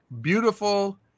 beautiful